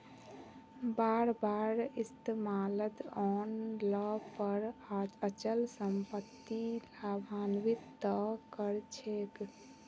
बार बार इस्तमालत आन ल पर अचल सम्पत्ति लाभान्वित त कर छेक